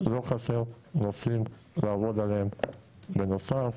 לא חסרים נושאים לעבוד עליהם בנוסף,